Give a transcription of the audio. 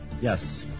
Yes